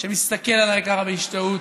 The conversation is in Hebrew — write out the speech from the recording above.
שמסתכל עליי ככה בהשתאות.